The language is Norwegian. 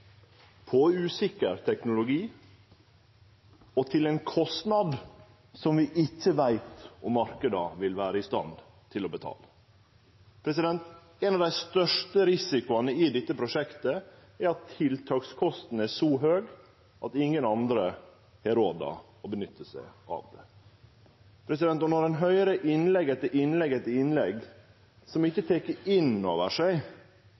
på usikker teknologi og til ein kostnad som vi ikkje veit om marknadene vil vere i stand til å betale. Ein av dei største risikoane i dette prosjektet er at tiltakskosten er så høg at ingen andre har råd til å nytte seg av det. Når ein høyrer innlegg etter innlegg etter innlegg som ikkje tek innover seg